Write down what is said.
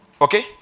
Okay